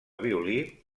violí